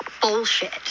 bullshit